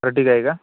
आरटीका आहे का